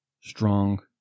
strong